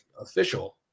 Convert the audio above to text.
official